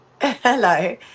Hello